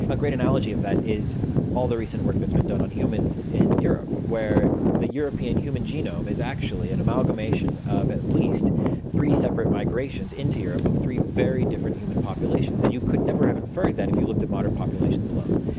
a great analogy of that is all the recent work that's been done on humans in europe where the european human genome is actually an amalgamation of at least three separate migrations into europe of three very different human populations. and you could never have inferred that if you looked at modern populations alone.